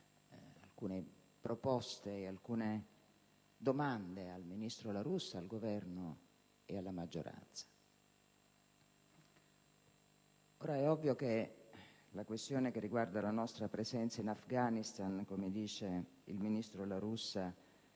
alcune proposte e domande al ministro La Russa, al Governo e alla maggioranza. È ovvio che la questione riguardante la nostra presenza in Afghanistan - come dice il ministro La Russa